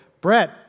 Brett